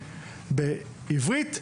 בעברית,